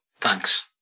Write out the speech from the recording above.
Thanks